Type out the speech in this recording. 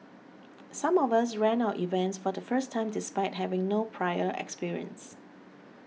some of us ran our events for the first time despite having no prior experience